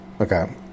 Okay